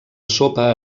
sopa